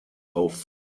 auf